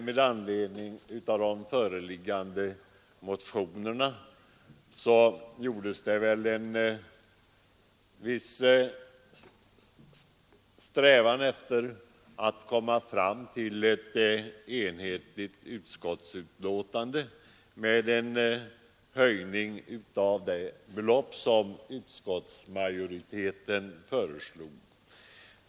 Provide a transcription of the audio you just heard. Med anledning av de föreliggande motionerna hade man en strävan att komma fram till ett enhetligt utskottsbetänkande med en höjning av det belopp som utskottsmajoriteten föreslog.